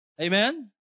Amen